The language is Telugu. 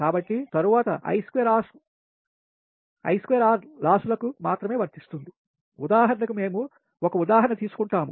కాబట్టి తరువాత I2 R లాస్ లకు మాత్రమే వర్తిస్తుంది ఉదాహరణకు మేము 1 ఉదాహరణ తీసుకుంటాము